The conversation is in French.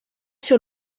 sur